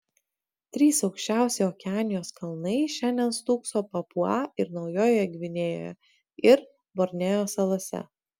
trys aukščiausi okeanijos kalnai šiandien stūkso papua ir naujojoje gvinėjoje ir borneo salose